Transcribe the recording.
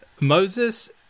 Moses